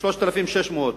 3,600,